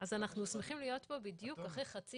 אז אנחנו שמחים להיות פה בדיוק אחרי חצי